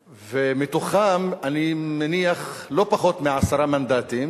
ומתוכם, אני מניח שלא פחות מעשרה מנדטים